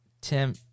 Tim